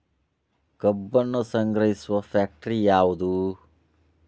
ಕಬ್ಬನ್ನು ಸಂಗ್ರಹಿಸುವ ಫ್ಯಾಕ್ಟರಿ ಯಾವದು?